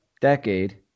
decade